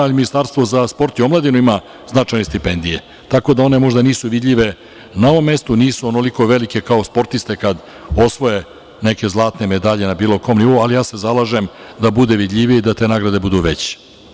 I Ministarstvo za s port i omladinu ima značajne stipendije, tako da one možda nisu vidljive na ovom mestu, nisu onoliko velike kao sportisti kada osvoje neke zlatne medalje na bilo kom nivou, ali ja se zalažem da bude vidljivije i da te nagrade budu veće.